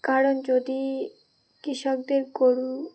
কারণ যদি কৃষকদের গরু